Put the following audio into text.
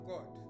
God